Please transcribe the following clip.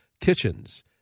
kitchens